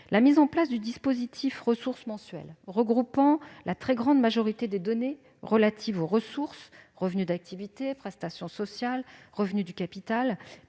La mise en place du dispositif de ressources mensuelles, regroupant la très grande majorité des données relatives aux ressources- revenus d'activité, prestations sociales, revenus du capital